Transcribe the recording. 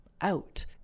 out